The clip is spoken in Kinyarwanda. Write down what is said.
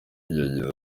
yagize